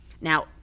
Now